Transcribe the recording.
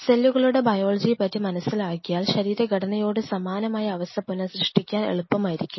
സെല്ലുകളുടെ ബയോളജിയെ പറ്റി മനസ്സിലാക്കിയാൽ ശരീരഘടനയോട് സമാനമായ അവസ്ഥ പുനഃസൃഷ്ടിക്കാൻ എളുപ്പമായിരിക്കും